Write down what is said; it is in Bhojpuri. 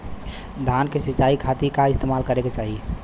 धान के सिंचाई खाती का इस्तेमाल करे के चाही?